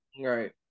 Right